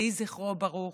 יהי זכרו ברוך.